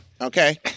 Okay